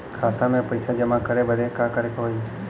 खाता मे पैसा जमा करे बदे का करे के होई?